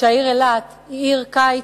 שהעיר אילת היא עיר קיט